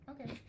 Okay